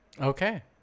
Okay